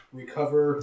recover